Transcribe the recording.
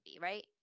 right